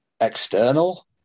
external